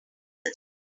this